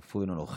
אף הוא אינו נוכח.